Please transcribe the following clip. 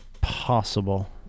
possible